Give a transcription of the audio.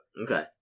Okay